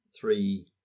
three